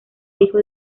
hijo